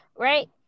Right